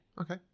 Okay